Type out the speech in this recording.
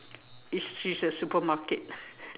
is she's a supermarket